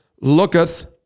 looketh